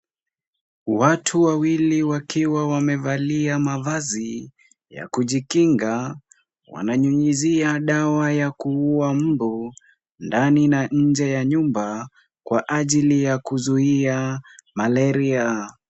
Watu wawili wakiwa wamevalia mavazi ya kujikinga, wananyunyizia dawa ya kuua mbu ndani na nje ya nyumba, kwa ajili ya kuzuia malaria.